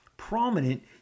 prominent